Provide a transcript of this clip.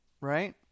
Right